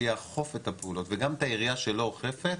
שיאכוף את הפעולות וגם את העיריה שלא אוכפת,